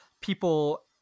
people